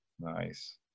Nice